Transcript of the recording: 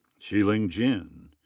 xiling jin.